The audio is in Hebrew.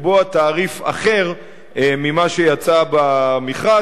לקבוע תעריף אחר מזה שיצא במכרז,